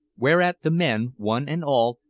whereat the men, one and all,